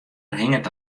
hinget